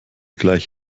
gleich